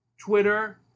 Twitter